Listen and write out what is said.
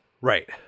Right